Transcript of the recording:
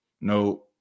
no